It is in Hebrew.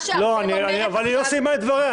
מה שארבל אומרת עכשיו -- אבל היא לא סיימה את דבריה,